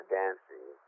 dancing